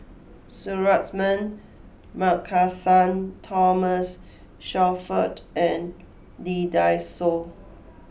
Suratman Markasan Thomas Shelford and Lee Dai Soh